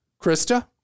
Krista